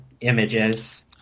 images